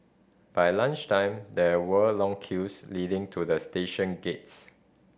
by lunch time there were long queues leading to the station gates